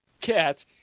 cat